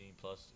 plus